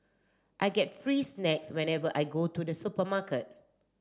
I get free snacks whenever I go to the supermarket